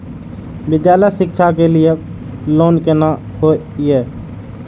विद्यालय शिक्षा के लिय लोन केना होय ये?